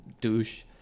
douche